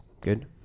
good